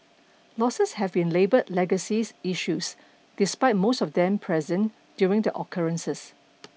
losses have been labelled Legacy Issues despite most of them present during the occurrences